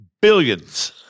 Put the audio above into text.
billions